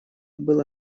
было